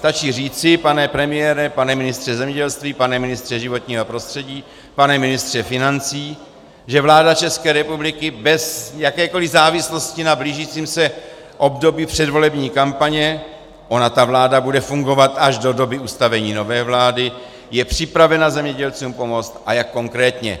Stačí říci, pane premiére, pane ministře zemědělství, pane ministře životního prostředí, pane ministře financí, že vláda České republiky bez jakékoli závislosti na blížícím se období předvolební kampaně ona ta vláda bude fungovat až do doby ustavení nové vlády je připravena zemědělcům pomoci, a jak konkrétně.